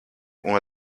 una